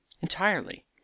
entirely